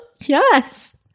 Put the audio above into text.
Yes